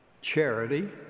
Charity